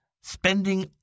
spending